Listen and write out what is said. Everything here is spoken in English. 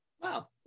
Wow